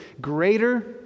greater